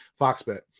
Foxbet